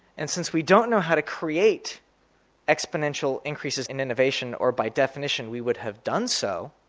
and since we don't know how to create exponential increases in innovation or by definition, we would have done so,